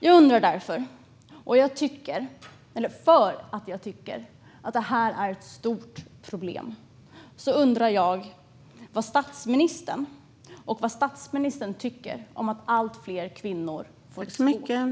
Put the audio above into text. Jag tycker att detta är ett stort problem, och jag undrar därför: Vad tycker statsministern om att allt fler kvinnor får svårt att skilja sig?